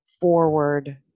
forward